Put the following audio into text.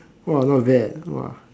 !wah! not bad !wah!